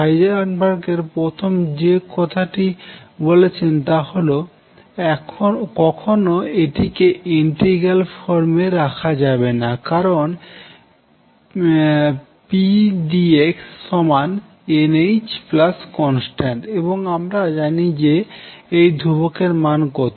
Heisenberg প্রথম যে কথাটি বলেছেন তা হল কখনো এটিকে ইন্ট্রিগাল ফ্রম এ রাখা যাবে না কারণ pdx nhconstant এবং আমরা জানি না এই ধ্রুবকের মান কত